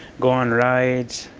go on rides,